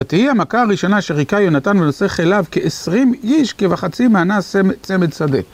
תהיי המכה הראשונה אשר היכה יונתן ונושא כליו כ-20 איש, כבחצי מענה צמד שדה.